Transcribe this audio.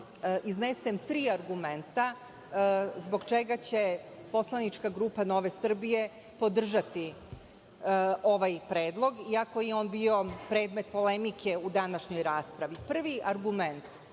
iznesem tri argumenta, zbog čega će poslanička grupa NS podržati ovaj predlog, iako je on bio predmet polemike u današnjoj raspravi. Prvi argument